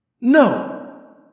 No